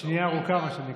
תודה רבה.